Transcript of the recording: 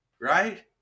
right